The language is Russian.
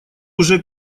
уже